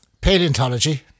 paleontology